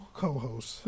co-host